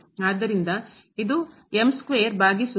ಆದ್ದರಿಂದ ಇದು ಭಾಗಿಸು